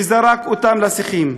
וזרק אותם לשיחים.